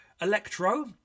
Electro